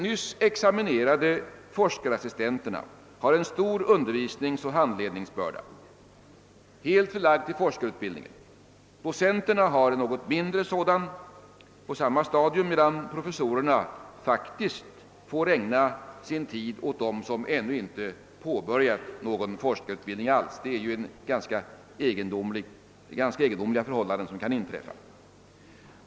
Nyligen examinerade forskarassistenter har nu en stor undervisningsoch handledningsbörda, som är helt förlagd till forskarutbildningen, och docenterna har en något mindre börda på samma stadium, medan professorerna faktiskt får ägna sin tid åt dem som ännu inte ens har påbörjat sin forskarutbildning. Det är ju ganska egendomliga förhållanden.